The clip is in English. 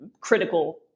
critical